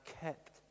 kept